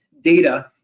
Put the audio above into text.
data